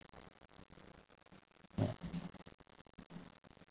ya